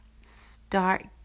start